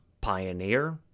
Pioneer